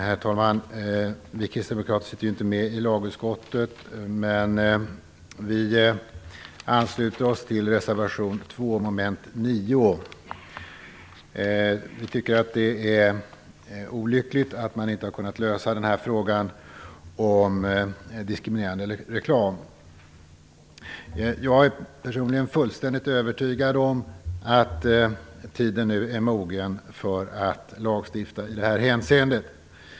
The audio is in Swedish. Herr talman! Vi kristdemokrater sitter ju inte med i lagutskottet, men vi ansluter oss ändå till reservation 2 under mom. 9. Vi tycker att det är olyckligt att man inte har kunnat lösa frågan om diskriminerande reklam. Jag är personligen fullständigt övertygad om att tiden nu är mogen för att lagstifta i det här hänseendet.